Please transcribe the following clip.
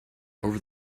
over